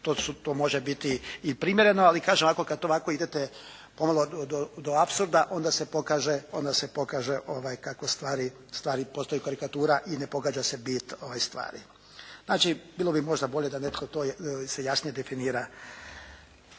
to može biti i primjereno. Ali kažem, ovako kad to ovako idete ponovno do apsurda onda se pokaže kako stvari postaju karikatura i ne pogađa se bit stvari. Znači, bilo bi možda bolje da netko to jasnije definira